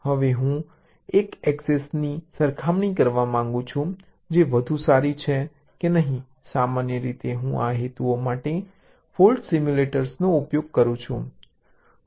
હવે હું એક એક્સેસ ની સરખામણી કરવા માંગુ છું જે વધુ સારી છે કે નહીં સામાન્ય રીતે હું આ હેતુઓ માટે ફોલ્ટ સિમ્યુલેટરનો ઉપયોગ કરું છું